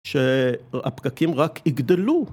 שהפקקים רק יגדלו.